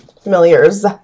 familiars